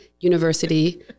University